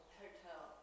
hotel